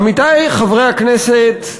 עמיתי חברי הכנסת,